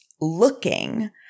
looking